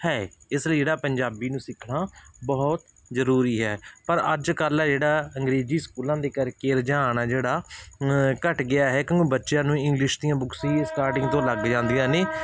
ਹੈ ਇਸ ਲਈ ਜਿਹੜਾ ਪੰਜਾਬੀ ਨੂੰ ਸਿੱਖਣਾ ਬਹੁਤ ਜ਼ਰੂਰੀ ਹੈ ਪਰ ਅੱਜ ਕੱਲ੍ਹ ਜਿਹੜਾ ਅੰਗਰੇਜ਼ੀ ਸਕੂਲਾਂ ਦੇ ਕਰਕੇ ਰੁਝਾਨ ਆ ਜਿਹੜਾ ਘੱਟ ਗਿਆ ਹੈ ਕਿਉਂਕਿ ਬੱਚਿਆਂ ਨੂੰ ਇੰਗਲਿਸ਼ ਦੀਆਂ ਬੁਕਸ ਹੀ ਸਟਾਰਟਿੰਗ ਤੋਂ ਲੱਗ ਜਾਂਦੀਆਂ ਨੇ